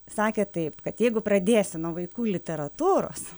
sakė taip kad jeigu pradėsi nuo vaikų literatūros